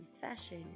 fashion